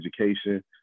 education